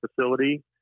facility